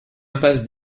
impasse